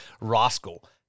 rascal